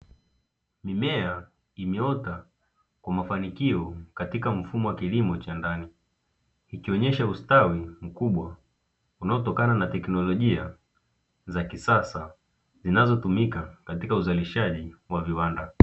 Mimea imeota kwa mafanikio katika mfumo wa kilimo cha ndani, ikionyesha ustawi mkubwa unaotokana na teknolojia za kisasa, zinazotumika katika uzalishaji wa viwanda.